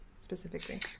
specifically